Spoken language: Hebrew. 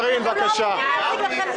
הטעו אותו, הדיון הוא לא על הקמת ועדה.